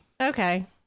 okay